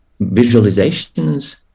visualizations